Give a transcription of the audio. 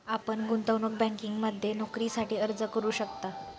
आपण गुंतवणूक बँकिंगमध्ये नोकरीसाठी अर्ज करू शकता